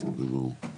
כן, זה ברור.